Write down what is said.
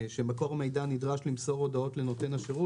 שמקור מידע נדרש למסור הודעות לנותן השירות